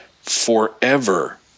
forever